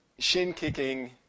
shin-kicking